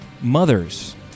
Mother's